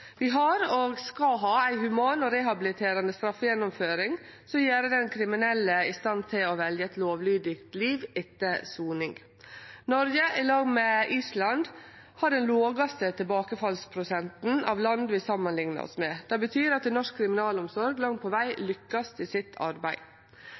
Vi har, og skal ha, ei human og rehabiliterande straffegjennomføring som gjer den kriminelle i stand til å velje eit lovlydig liv etter soning. Noreg, i lag med Island, har lågare tilbakefallsprosent enn land vi samanliknar oss med – den lågaste. Det betyr at norsk kriminalomsorg langt på veg